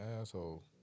asshole